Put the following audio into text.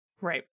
Right